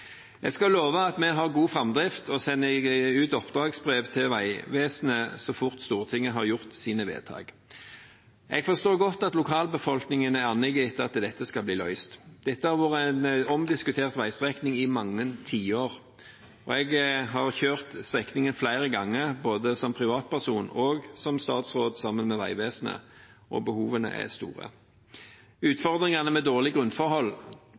Jeg skal love at vi skal ha god framdrift, og vi sender ut oppdragsbrev til Vegvesenet så fort Stortinget har gjort sine vedtak. Jeg forstår godt at lokalbefolkningen er «annig» etter å få dette løst. Det har vært en omdiskutert veistrekning i mange tiår. Jeg har kjørt strekningen flere ganger – både som privatperson og som statsråd sammen med Vegvesenet – og behovene er store. Utfordringen med dårlige grunnforhold